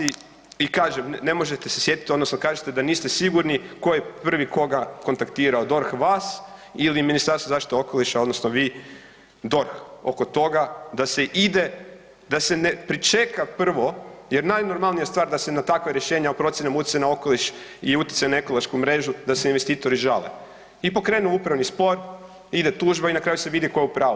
I kažem, ne možete sjetit odnosno kažete da niste sigurni ko je prvi koga kontaktirao, DORH vas ili Ministarstvo zaštite okoliša odnosno vi DORH oko toga da se ide, da se ne pričeka prvo, jer najnormalnija stvar da se na takva rješenja o procjenama utjecaja na okoliš i utjecaja na ekološku mrežu da se investitori žale i pokrenu upravni spor, ide tužba i na kraju se vidi ko je u pravu.